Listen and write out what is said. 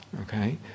Okay